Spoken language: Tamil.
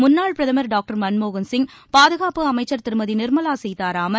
முன்னாள் பிரதமர் டாக்டர் மன்மோகன்சிங் பாதுகாப்பு அமைச்சர் திருமதி நிர்மலா சீதாராமன்